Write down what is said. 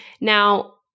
Now